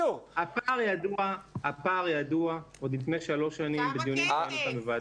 הפער ידוע עוד לפני שלוש שנים בדיונים שהיו כאן בוועדת החינוך.